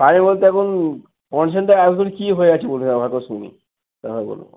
আছে বলতে এখন কনসার্নটা কী হয়ে আছে বলুন একবার করে শুনি তারপরে বলব